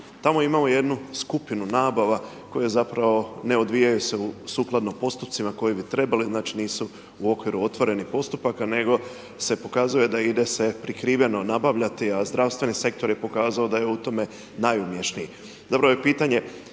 tamo imamo jednu skupinu nabava koje zapravo ne odvijaju se sukladno postupcima koji bi trebali, znači nisu u okviru otvorenih postupaka nego se pokazuje da ide se prikriveno nabavljati a zdravstveni sektor je pokazao da je u tome najumješniji. Dobro je pitanje